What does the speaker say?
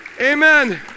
Amen